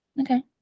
Okay